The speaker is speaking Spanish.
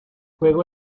juego